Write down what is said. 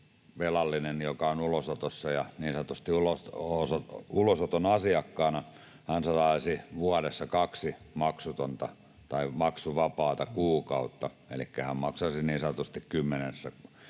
velallinen, joka on ulosotossa ja niin sanotusti ulosoton asiakkaana, saisi vuodessa kaksi maksuvapaata kuukautta. Elikkä hän maksaisi niin sanotusti kymmenenä